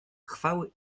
chwały